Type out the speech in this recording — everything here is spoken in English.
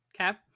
Okay